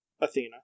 Athena